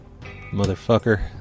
Motherfucker